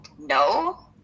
No